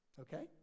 okay